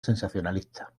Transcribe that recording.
sensacionalista